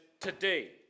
today